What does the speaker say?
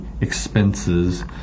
expenses